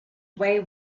away